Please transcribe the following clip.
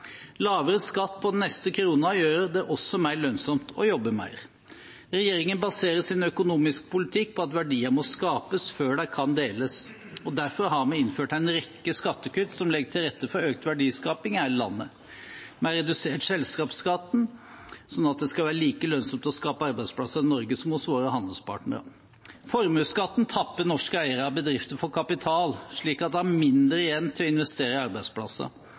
Lavere skatt på den neste kronen gjør det også mer lønnsomt å jobbe mer. Regjeringen baserer sin økonomiske politikk på at verdier må skapes før de kan deles. Derfor har vi innført en rekke skattekutt som legger til rette for økt verdiskaping i hele landet. Vi har redusert selskapsskatten, slik at det skal være like lønnsomt å skape arbeidsplasser i Norge som hos våre handelspartnere. Formuesskatten tapper norske eiere av bedrifter for kapital, slik at de har mindre igjen til å investere i arbeidsplasser.